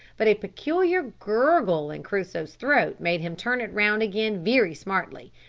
but a peculiar gurgle in crusoe's throat made him turn it round again very smartly,